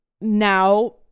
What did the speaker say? now